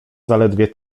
zaledwie